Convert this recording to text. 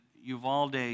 Uvalde